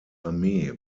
armee